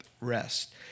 rest